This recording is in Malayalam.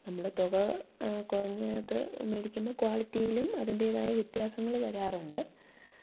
നമ്മുടെ തുക കുറഞ്ഞത് മേടിക്കുമ്പോള് ക്വാളിറ്റിയിലും അതിൻ്റേതായ വ്യത്യാസങ്ങള് വരാറുണ്ട്